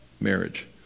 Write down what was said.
marriage